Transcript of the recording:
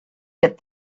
that